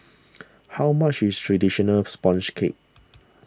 how much is Traditional Sponge Cake